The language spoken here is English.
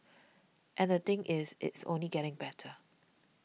and the thing is it's only getting better